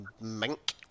mink